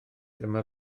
dyma